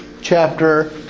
chapter